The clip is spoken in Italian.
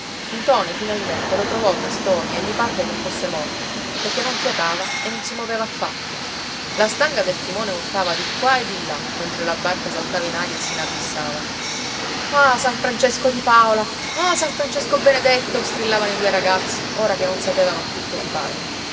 rotta ntoni finalmente lo trovò tastoni e gli parve che fosse morto perché non fiatava e non si moveva affatto la stanga del timone urtava di qua e di là mentre la barca saltava in aria e si inabissava ah san francesco di paola ah san francesco benedetto strillavano i due ragazzi ora che non sapevano più che fare